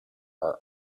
our